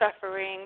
suffering